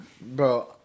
Bro